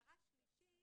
הערה שלישית